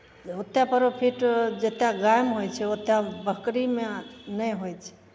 ओतेक प्रॉफिट जतेक गायमे होइ छै ओतेक बकरीमे नहि होइ छै